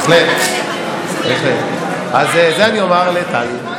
כן, בהחלט, בהחלט, אז את זה אני אומר לטלי.